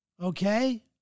Okay